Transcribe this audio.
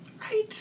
Right